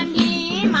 and e